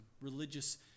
religious